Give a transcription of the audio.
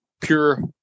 pure